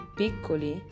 piccoli